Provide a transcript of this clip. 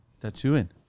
Tattooing